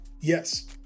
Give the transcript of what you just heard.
Yes